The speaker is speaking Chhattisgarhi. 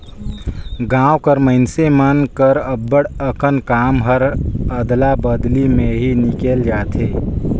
गाँव कर मइनसे मन कर अब्बड़ अकन काम हर अदला बदली में ही निकेल जाथे